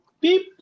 beep